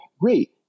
Great